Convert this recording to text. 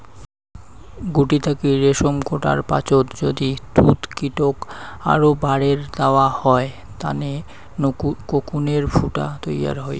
গুটি থাকি রেশম গোটার পাচত যদি তুতকীটক আরও বারের দ্যাওয়া হয় তানে কোকুনের ফুটা তৈয়ার হই